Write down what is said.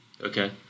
Okay